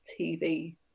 TV